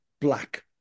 black